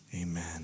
Amen